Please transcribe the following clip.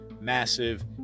massive